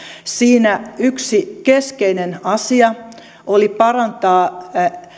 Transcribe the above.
siinä yksi keskeinen asia oli parantaa